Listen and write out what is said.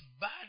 bad